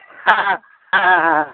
হ্যাঁ হ্যাঁ হ্যাঁ হ্যাঁ হ্যাঁ হ্যাঁ